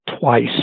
twice